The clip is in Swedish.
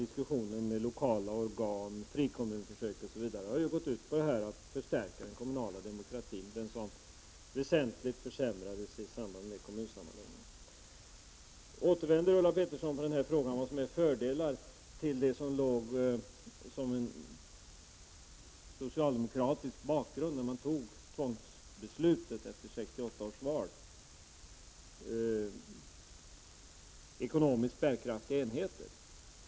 Diskussionen om lokala organ, frikommunförsök, osv. har ju gått ut på att förstärka den kommunala demokratin, som väsentligt försämrades i samband med kommunsammanläggningen. Nu återvänder Ulla Pettersson till frågan om vad som är fördelar till det som låg som en socialdemokratisk bakgrund när man tog tvångsbeslutet efter 1968 års val, nämligen ekonomiskt bärkraftiga enheter.